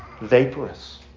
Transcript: vaporous